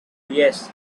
yes